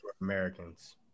Americans